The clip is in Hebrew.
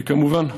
וכמובן,